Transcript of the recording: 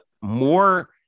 more